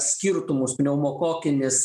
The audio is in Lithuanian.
skirtumus pneumokokinis